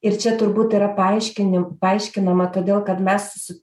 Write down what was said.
ir čia turbūt yra paaiškinim paaiškinama todėl kad mes